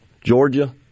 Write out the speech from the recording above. Georgia